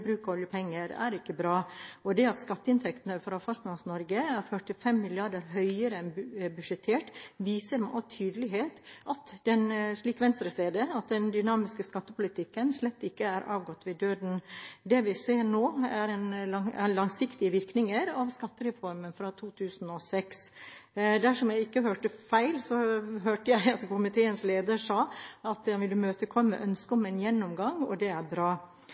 bruk av oljepenger, er ikke bra. Og det at skatteinntektene fra Fastlands-Norge er 45 mrd. kr høyere enn budsjettert, viser med all tydelighet, slik Venstre ser det, at den dynamiske skattepolitikken slett ikke er avgått ved døden. Det vi ser nå, er langsiktige virkninger av skattereformen fra 2006. Dersom jeg ikke hørte feil, sa komiteens leder at han ville imøtekomme ønsket om en gjennomgang, og det er bra.